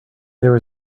there